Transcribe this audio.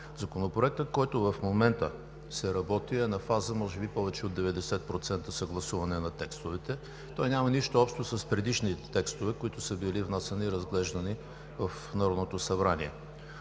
Законопроектът, по който в момента се работи, е може би на фаза повече от 90% съгласуване на текстовете. Той няма нищо общо с предишните текстове, които са били внасяни и разглеждани в Народното събрание.